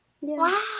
Wow